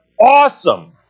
awesome